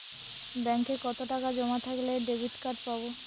ব্যাঙ্কে কতটাকা জমা থাকলে ডেবিটকার্ড পাব?